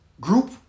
group